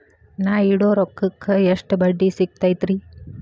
ನಾ ಇಡೋ ರೊಕ್ಕಕ್ ಎಷ್ಟ ಬಡ್ಡಿ ಸಿಕ್ತೈತ್ರಿ?